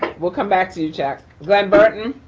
we'll come back to you, chuck. glen barton.